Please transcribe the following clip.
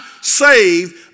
saved